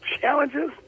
challenges